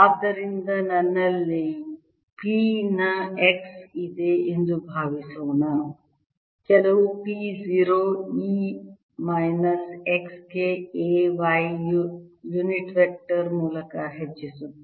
ಆದ್ದರಿಂದ ನನ್ನಲ್ಲಿ P ನ x ಇದೆ ಎಂದು ಭಾವಿಸೋಣ ಕೆಲವು P 0 E ಮೈನಸ್ x ಗೆ a y ಯುನಿಟ್ ವೆಕ್ಟರ್ ಮೂಲಕ ಹೆಚ್ಚಿಸುತ್ತದೆ